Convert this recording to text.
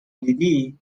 دیدی